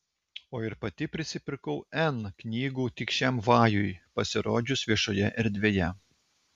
o ir pati prisipirkau n knygų tik šiam vajui pasirodžius viešoje erdvėje